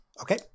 Okay